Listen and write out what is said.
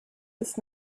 ist